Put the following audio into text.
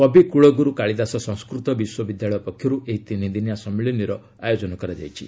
କବି କୂଳଗୁରୁ କାଳିଦାସ ସଂସ୍କୃତ ବିଶ୍ୱବିଦ୍ୟାଳୟ ପକ୍ଷର୍ ଏହି ତିନିଦିନିଆ ସମ୍ମିଳନୀର ଆୟୋଜନ କରାଯାଇଛି